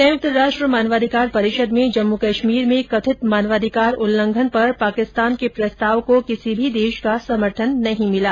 संयुक्त राष्ट्र मानवाधिकार परिषद में जम्मू कश्मीर में कथित मानवाधिकार उल्लंघन पर पाकिस्तान के प्रस्ताव को किसी भी देश का समर्थन नहीं मिला